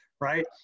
right